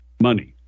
money